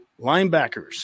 linebackers